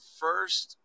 first